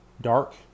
dark